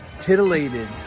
titillated